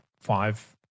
five